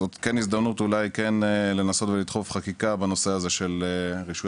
זאת הזדמנות לדחוף חקיקה בנושא של רישוי